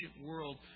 world